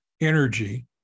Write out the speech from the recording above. energy